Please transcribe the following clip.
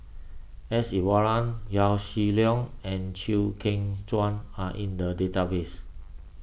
S Iswaran Yaw Shin Leong and Chew Kheng Chuan are in the database